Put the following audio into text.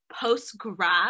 post-grad